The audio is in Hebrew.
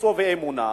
ויצו ו"אמונה".